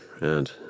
and